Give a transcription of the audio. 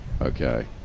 okay